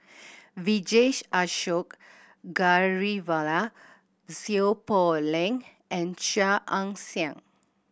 Vijesh Ashok Ghariwala Seow Poh Leng and Chia Ann Siang